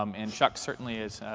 um and chuck certainly has,